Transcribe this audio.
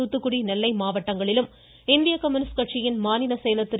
தூத்துக்குடி நெல்லை மாவட்டங்களிலும் இந்திய கம்யூனிஸ்ட் கட்சியின் மாநிலச் செயலர் திரு